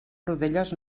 rodelles